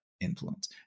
influence